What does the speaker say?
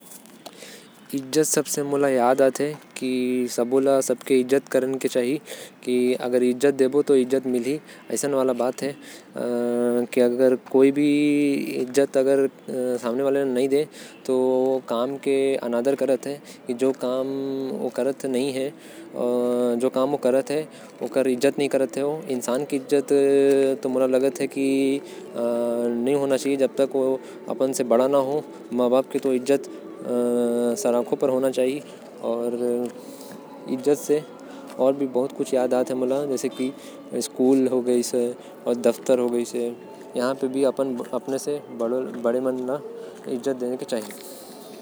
इज्जत शब्द से मोके समझ आएल। की एक दूसर के सबला इज्जत देना चाही। अगर इज्जत देहेब तो इज्जत मिलहि कोनो इंसान होही चाहे। कोई काम होही सबकर इज्जत करना चाही।